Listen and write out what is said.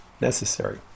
necessary